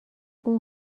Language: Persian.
اوه